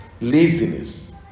laziness